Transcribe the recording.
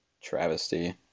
travesty